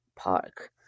park